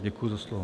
Děkuji za slovo.